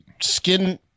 skin